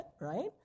right